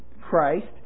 Christ